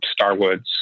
Starwoods